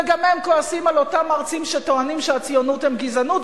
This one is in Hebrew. וגם הם כועסים על אותם מרצים שטוענים שהציונות היא גזענות,